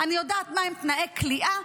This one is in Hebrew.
אני יודעת מהם תנאי כליאה.